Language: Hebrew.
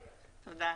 תודה.